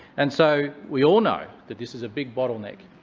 and so, we all know that this is a big bottleneck.